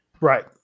Right